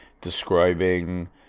describing